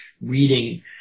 reading